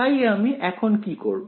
তাই আমি এখন কি করবো